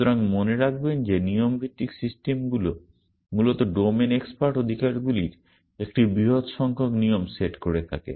সুতরাং মনে রাখবেন যে নিয়ম ভিত্তিক সিস্টেমগুলি মূলত ডোমেন এক্সপার্ট অধিকারগুলির একটি বৃহৎ সংখ্যক নিয়ম সেট করে থাকে